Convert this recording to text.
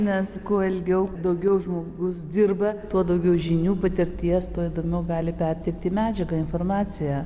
nes kuo ilgiau daugiau žmogus dirba tuo daugiau žinių patirties tuo įdomiau gali perteikti medžiagą informaciją